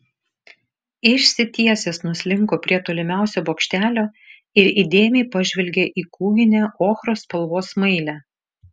išsitiesęs nuslinko prie tolimiausio bokštelio ir įdėmiai pažvelgė į kūginę ochros spalvos smailę